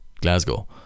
Glasgow